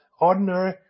ordinary